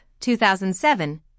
2007